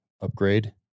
Upgrade